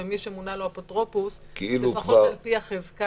ומי שמונה לו לפחות על פי החזקה,